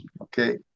Okay